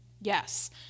Yes